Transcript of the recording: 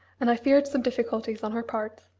and i feared some difficulties on her part